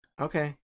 Okay